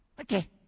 Okay